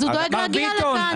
הוא דואג להגיע לכאן.